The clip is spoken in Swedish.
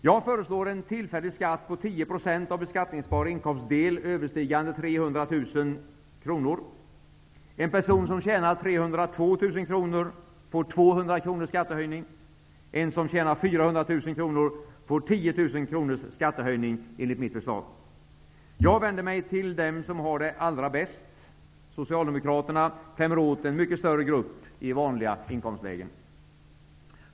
Jag föreslår en tillfällig skatt på 10 % av beskattningsbar inkomstdel överstigande 300 000 10 000 kr i skattehöjning enligt mitt förslag. Jag vänder mig till dem som har det allra bäst. Socialdemokraterna klämmer åt en mycket större grupp i vanliga inkomstlägen.